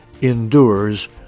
endures